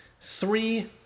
three